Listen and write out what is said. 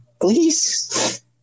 please